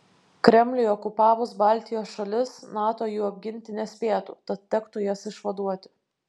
kremliui okupavus baltijos šalis nato jų apginti nespėtų tad tektų jas išvaduoti